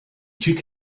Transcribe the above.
took